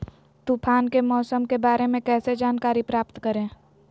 तूफान के मौसम के बारे में कैसे जानकारी प्राप्त करें?